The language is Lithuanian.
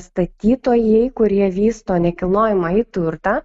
statytojai kurie vysto nekilnojamąjį turtą